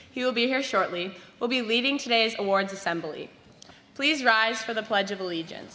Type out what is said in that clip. will be here shortly will be leaving today's awards assembly please rise for the pledge of allegiance